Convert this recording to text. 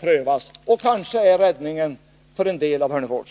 prövas. Det är kanske räddningen för en del av Hörnefors.